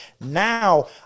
Now